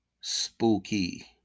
spooky